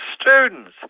students